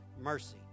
mercy